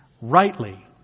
rightly